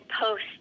post